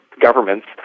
governments